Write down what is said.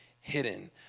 hidden